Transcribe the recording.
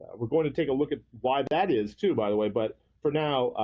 we're going to take a look at why that is too by the way, but for now,